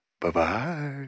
Bye-bye